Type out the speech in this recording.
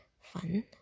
Fun